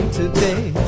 today